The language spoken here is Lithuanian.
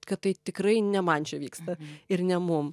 kad tai tikrai ne man čia vyksta ir ne mum